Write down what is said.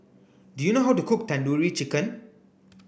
do you know how to cook Tandoori Chicken